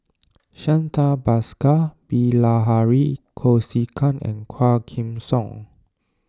Santha Bhaskar Bilahari Kausikan and Quah Kim Song